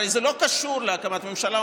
הרי זה לא קשור להקמת הממשלה,